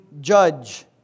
judge